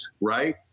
right